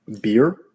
Beer